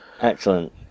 Excellent